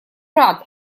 рад